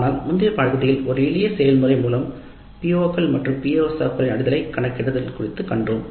ஆனால் முந்தைய பகுதியில் ஒரு எளிய செயல்முறை மூலம் PO கள் மற்றும் PSO களின் அளவுகளின் நிலை கணக்கிடுதல் குறித்து கண்டோம்